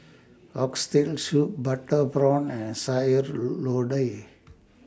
Oxtail Soup Butter Prawns and Sayur load Lodeh